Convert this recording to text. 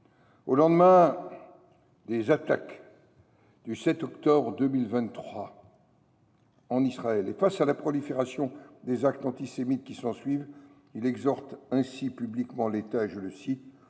Au lendemain des attaques du 7 octobre 2023 en Israël et face à la prolifération des actes antisémites qui s’ensuivent, il exhorte ainsi publiquement l’État à « faire